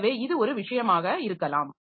எனவே இது ஒரு விஷயமாக இருக்கலாம்